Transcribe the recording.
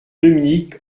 dominique